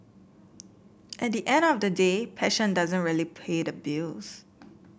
at the end of the day passion doesn't really pay the bills